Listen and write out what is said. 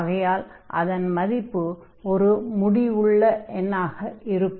ஆகையால் அதன் மதிப்பு ஒரு முடிவுள்ள எண்ணாக இருக்கும்